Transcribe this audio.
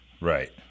right